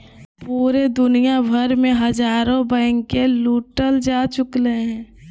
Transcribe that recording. पूरे दुनिया भर मे हजारो बैंके लूटल जा चुकलय हें